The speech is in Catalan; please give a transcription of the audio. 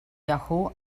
yahoo